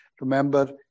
Remember